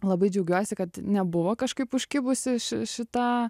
labai džiaugiuosi kad nebuvo kažkaip užkibusi šita